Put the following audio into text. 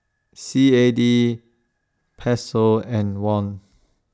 C A D Peso and Won